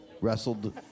wrestled